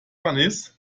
bunnies